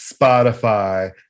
Spotify